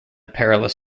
perilous